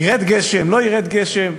ירד גשם, לא ירד גשם.